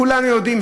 כולנו יודעים,